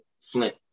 Flint